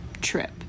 trip